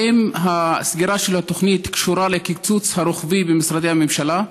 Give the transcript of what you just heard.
האם הסגירה של התוכנית קשורה לקיצוץ הרוחבי במשרדי הממשלה?